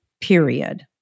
period